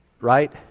Right